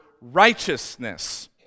righteousness